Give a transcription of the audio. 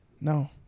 No